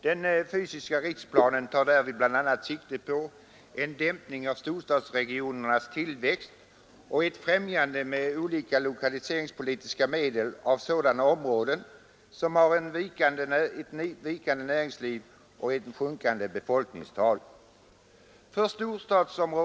Den fysiska riksplanen tar bl.a. sikte på en dämpning av storstadsregionernas tillväxt och ett främjande med olika lokaliseringspolitiska medel av sådana områden som har ett vikande för storstadsområdena syftar näringsliv och ett sjunkande befolkningstal.